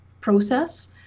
process